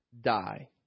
die